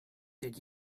did